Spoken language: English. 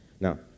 Now